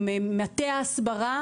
עם מטה ההסברה